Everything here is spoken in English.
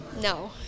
No